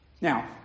Now